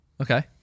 Okay